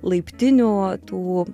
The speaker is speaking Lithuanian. laiptinių tų